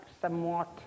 somewhat